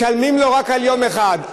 משלמים לו רק על יום אחד,